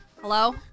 Hello